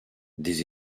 des